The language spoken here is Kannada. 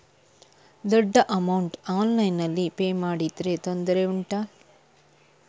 ದೊಡ್ಡ ಅಮೌಂಟ್ ಆನ್ಲೈನ್ನಲ್ಲಿ ಪೇ ಮಾಡಿದ್ರೆ ತೊಂದರೆ ಉಂಟಾ?